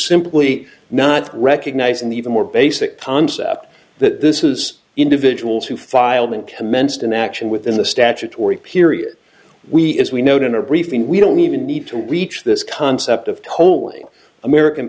simply not recognizing the even more basic concept that this is individuals who filed and commenced an action within the statutory period we as we note in a briefing we don't even need to reach this concept of tolling american